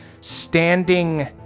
standing